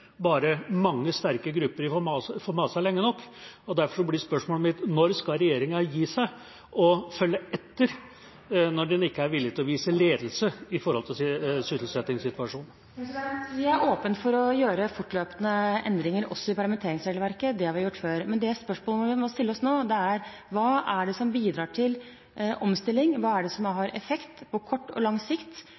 Når skal regjeringa gi seg og følge etter, når den ikke er villig til å vise ledelse når det gjelder sysselsettingssituasjonen? Vi er åpne for å gjøre fortløpende endringer også i permitteringsregelverket, det har vi gjort før. Men det spørsmålet vi må stille oss nå, er: Hva er det som bidrar til omstilling? Hva er det som har effekt, på kort og lang sikt,